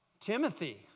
Timothy